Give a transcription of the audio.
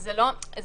זה לא מדבר.